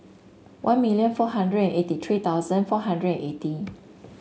one million four hundred eighty three thousand four hundred eighty